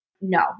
no